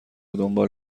دنبال